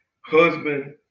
husband